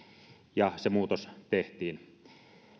ja se muutos tehtiin